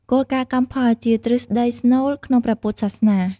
គោលការណ៍កម្មផល ជាទ្រឹស្ដីស្នូលក្នុងព្រះពុទ្ធសាសនា។